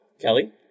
Kelly